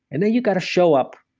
and then you've got to show up.